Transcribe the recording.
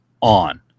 on